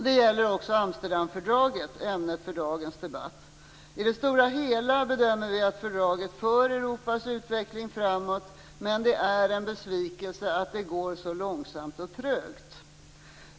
Det gäller också Amsterdamfördraget, ämnet för dagens debatt. I det stora hela bedömer vi att fördraget för Europas utveckling framåt, men det är en besvikelse att det går så långsamt och trögt.